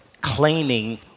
claiming